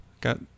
Got